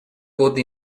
pot